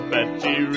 Betty